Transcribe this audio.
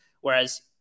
Whereas